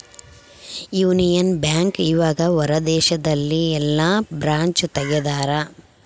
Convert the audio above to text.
Union Bank ಇವಗ ಹೊರ ದೇಶದಲ್ಲಿ ಯೆಲ್ಲ ಬ್ರಾಂಚ್ ತೆಗ್ದಾರ